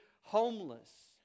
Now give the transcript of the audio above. homeless